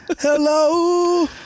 Hello